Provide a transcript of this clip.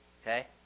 Okay